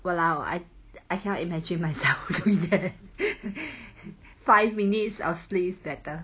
!walao! I I cannot imagine myself doing that five minutes of sleep is better